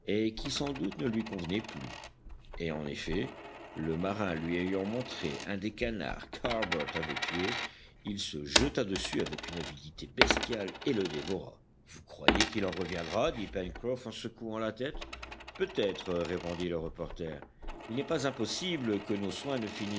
qui sans doute ne lui convenait plus et en effet le marin lui ayant montré un des canards qu'harbert avait tués il se jeta dessus avec une avidité bestiale et le dévora vous croyez qu'il en reviendra dit pencroff en secouant la tête peut-être répondit le reporter il n'est pas impossible que nos soins ne